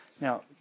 Now